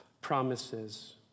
promises